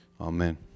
Amen